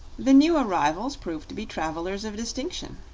the new arrivals prove to be travelers of distinction.